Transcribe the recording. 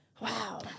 Wow